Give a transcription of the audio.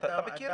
אתה מכיר את זה.